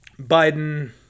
Biden